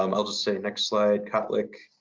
um i'll just say next slide. kotlik.